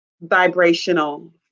vibrational